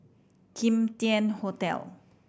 Kim Tian Hotel